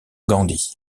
gandhi